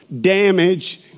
damage